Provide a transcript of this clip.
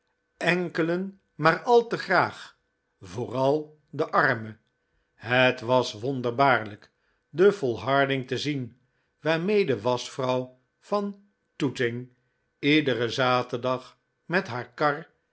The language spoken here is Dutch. enkelen maar al te graag vooral de arme het was wonderbaarlijk de volharding te zien waarmee de waschvrouw van tooting iederen zaterdag met haar kar